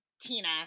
Tina